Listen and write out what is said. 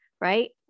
right